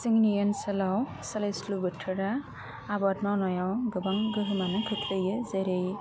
जोंनि ओनसोलाव सोलाइस्लु बोथोरा आबाद मावनायाव गोबां गोहोमानो खोख्लैयो जेरै